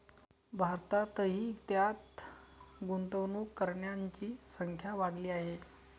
भारतातही त्यात गुंतवणूक करणाऱ्यांची संख्या वाढली आहे